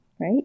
right